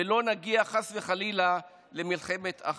ולא נגיע חס וחלילה למלחמת אחים.